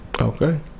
Okay